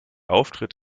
auftritt